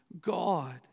God